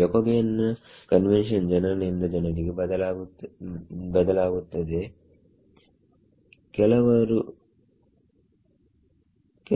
Jacobian ನ convention ಜನರಿಂದ ಜನರಿಗೆ ಬದಲಾಗುತ್ತದೆ